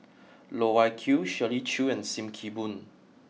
Loh Wai Kiew Shirley Chew and Sim Kee Boon